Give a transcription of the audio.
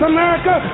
America